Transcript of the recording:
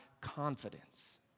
confidence